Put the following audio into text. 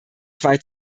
zwei